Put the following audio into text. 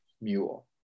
mule